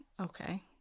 okay